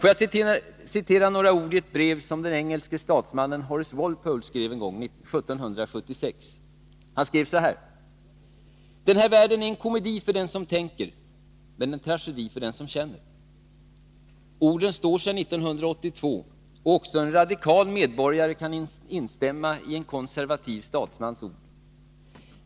Låt mig citera några ord i ett brev, som den engelske statsmannen Horace Walpole skrev 1776: ”Den här världen är en komedi för den som tänker, men en tragedi för den som känner.” Orden står sig 1982, och också en radikal medborgare kan instämma i en konservativ statsmans ord.